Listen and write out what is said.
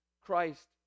Christ